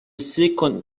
second